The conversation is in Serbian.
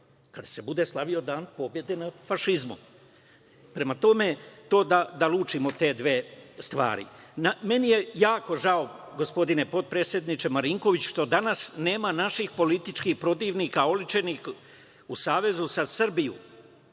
kada se bude slavio Dan pobede nad fašizmom. Prema tome, da lučimo te dve stvari. Meni je jako žao, gospodine potpredsedniče, Marinkoviću, što danas nema naših političkih protivnika oličenih u Savezu za Srbiju.